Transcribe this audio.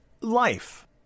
life